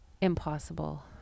impossible